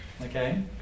Okay